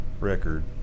record